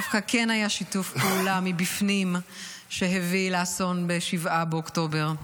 דווקא כן היה שיתוף פעולה מבפנים שהביא לאסון ב-7 באוקטובר.